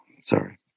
Sorry